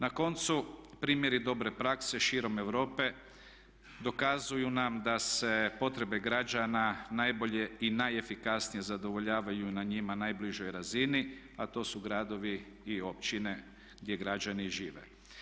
Na koncu, primjeri dobre prakse širom Europe dokazuju nam da se potrebe građana najbolje i najefikasnije zadovoljavaju na njima najbližoj razini, a to su gradovi i općine gdje građani žive.